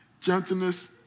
gentleness